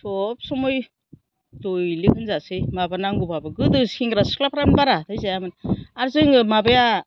सबसमाइ दैलिक होनजासै माबा नांगौबाबो गोदो सेंग्रा सिख्लाफ्रानो बारा हाथाइ जायामोन आरो जोङो माबाया